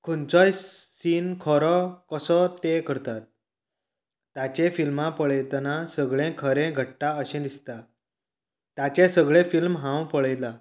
खंयचोय सीन खरो कसो ते करतात ताचे फिल्मां पळयतना सगळें खरें घडटा अशें दिसता ताचे सगळें फिल्म हांव पळयलां